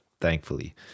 thankfully